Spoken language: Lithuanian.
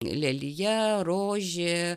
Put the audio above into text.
lelija rožė